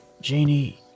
Janie